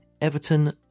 Everton